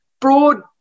broad